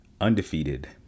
undefeated